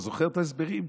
אתה זוכר את ההסברים?